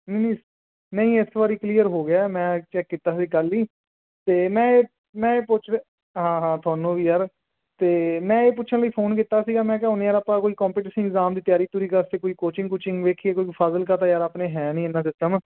ਹੁੰ ਨਹੀਂ ਇਸ ਵਾਰ ਕਲੀਅਰ ਹੋ ਗਿਆ ਮੈਂ ਚੈੱਕ ਕੀਤਾ ਸੀ ਕੱਲ੍ਹ ਹੀ ਅਤੇ ਮੈਂ ਇਹ ਮੈਂ ਇਹ ਪੁੱਛ ਰਿ ਹਾਂ ਹਾਂ ਤੁਹਾਨੂੰ ਵੀ ਯਾਰ ਅਤੇ ਮੈਂ ਇਹ ਪੁੱਛਣ ਲਈ ਫੋਨ ਕੀਤਾ ਸੀਗਾ ਮੈਂ ਕਿਹਾ ਹੁਣ ਯਾਰ ਆਪਾਂ ਕੋਈ ਕੋਪੀਟੀਸ਼ਿੰਗ ਅਗਜ਼ਾਮ ਦੀ ਤਿਆਰੀ ਤਿਉਰੀ ਵਾਸਤੇ ਕੋਈ ਕੋਚਿੰਗ ਕੁਚਿੰਗ ਵੇਖੀਏ ਕਿਉਂਕਿ ਫ਼ਾਜ਼ਿਲਕਾ ਤਾਂ ਯਾਰ ਆਪਣੇ ਹੈ ਨਹੀਂ ਇੰਨਾ ਸਿਸਟਮ